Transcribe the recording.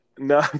No